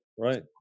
right